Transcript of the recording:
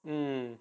mm